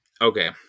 Okay